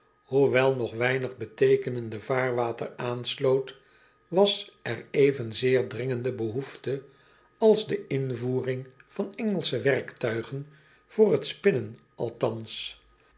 hoewel nog weinig beteekenende vaarwater aansloot was er evenzeer dringende behoefte als de invoering van ngelsche werktuigen voor het s